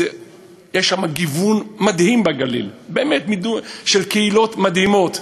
יש שם גיוון מדהים, בגליל, של קהילות מדהימות.